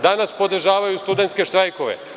Danas podržavaju studentske štrajkove.